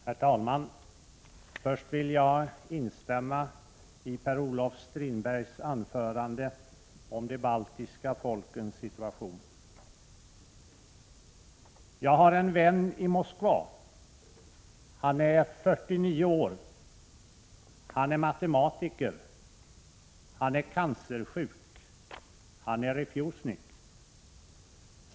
Herr talman! Först vill jag instämma i Per-Olof Strindbergs anförande om de baltiska folkens situation. Jag har en vän i Moskva. Han är 49 år, han är matematiker, han är cancersjuk, han är refusenik.